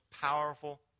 powerful